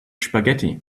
spaghetti